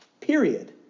Period